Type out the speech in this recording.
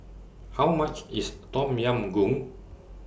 How much IS Tom Yam Goong